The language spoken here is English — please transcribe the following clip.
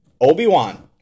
Obi-Wan